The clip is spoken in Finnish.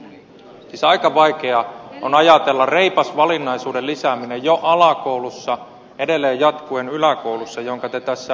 siis aika vaikea on ajatella reipasta valinnaisuuden lisäämistä jo alakoulussa edelleen jatkuen yläkoulussa mitä te tässä esititte